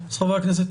להצבעה